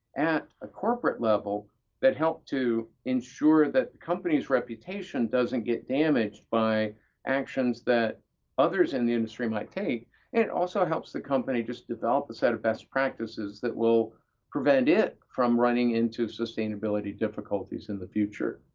at a corporate level that help to ensure that the company's reputation doesn't get damaged by actions that others in the industry might takes, and it also helps the company just develop a set of best practices that will prevent it from running into sustainability difficulties in the future.